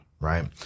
right